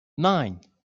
nine